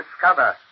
discover